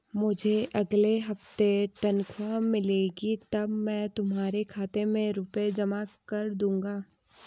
मुझे अगले हफ्ते तनख्वाह मिलेगी तब मैं तुम्हारे खाते में रुपए जमा कर दूंगा